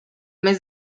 mes